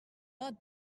lot